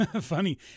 funny